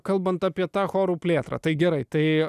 kalbant apie tą chorų plėtrą tai gerai tai